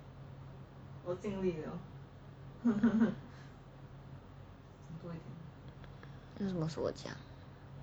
loss of words ya